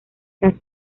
tras